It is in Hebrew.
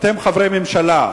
אתם חברי הממשלה,